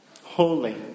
Holy